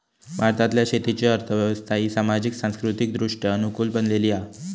भारतातल्या शेतीची अर्थ व्यवस्था ही सामाजिक, सांस्कृतिकदृष्ट्या अनुकूल बनलेली हा